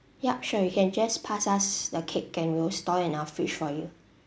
ya sure you can just pass us the cake and we will store in our fridge for you